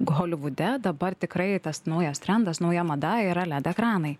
holivude dabar tikrai tas naujas trendas nauja mada yra led ekranai